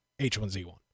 H1Z1